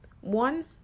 One